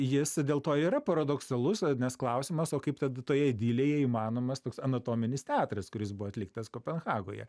jis dėl to yra paradoksalus nes klausimas o kaip tada toje idilėje įmanomas toks anatominis teatras kuris buvo atliktas kopenhagoje